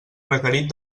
requerit